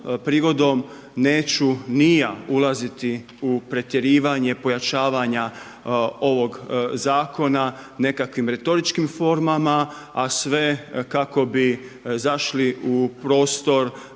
neću ni ja ulaziti u pretjerivanje pojačavanja ovog zakona nekakvim retoričkim formama, a sve kako bi zašli u prostor